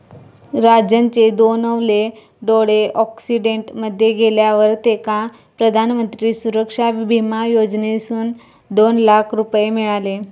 राजनचे दोनवले डोळे अॅक्सिडेंट मध्ये गेल्यावर तेका प्रधानमंत्री सुरक्षा बिमा योजनेसून दोन लाख रुपये मिळाले